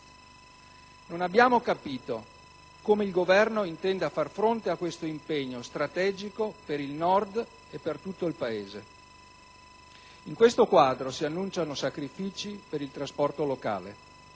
Non abbiamo capito come il Governo intenda far fronte a questo impegno strategico per il Nord e per tutto il Paese. In questo quadro si annunciano sacrifici per il trasporto locale.